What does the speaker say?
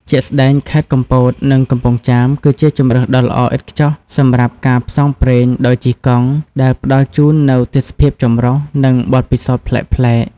ជាក់ស្ដែង ខេត្ត កំពត និង កំពង់ចាម គឺជាជម្រើសដ៏ល្អឥតខ្ចោះសម្រាប់ការផ្សងព្រេងដោយជិះកង់ ដែលផ្តល់ជូននូវទេសភាពចម្រុះ និងបទពិសោធន៍ប្លែកៗ។